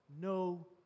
no